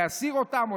או להסיר אותם,